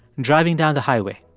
driving down the highway.